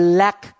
lack